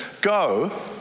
Go